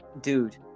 dude